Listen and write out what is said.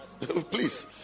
please